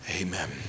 Amen